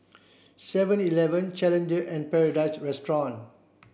Seven Eleven Challenger and Paradise Restaurant